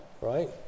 right